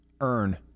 earn